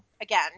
again